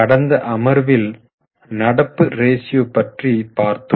கடந்த அமர்வில் நடப்பு ரேஷியோ பற்றி பார்த்தோம்